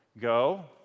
Go